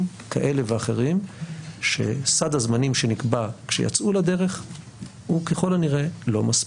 כאלה ואחרים שסד הזמנים שנקבע כשיצאו לדרך הוא ככל הנראה לא מספיק.